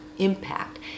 impact